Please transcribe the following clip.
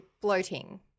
bloating